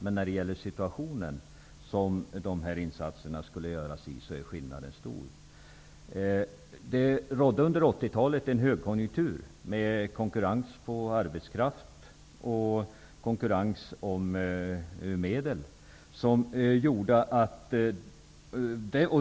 Men när det gäller den situation där insatserna skulle göras är skillnaden stor. Det rådde under 80-talet en högkonjunktur med konkurrens om arbetskraft och medel.